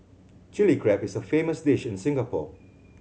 Chilli Crab is a famous dish in Singapore